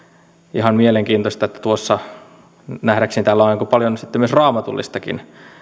ihan mielenkiintoista että nähdäkseni täällä on aika paljon sitten myös raamatullistakin